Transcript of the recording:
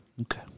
Okay